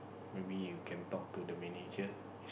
maybe you can talk to the manager